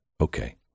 okay